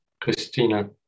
Christina